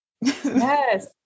yes